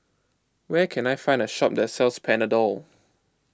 where can I find a shop that sells Panadol